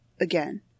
again